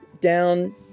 down